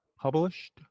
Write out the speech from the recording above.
Published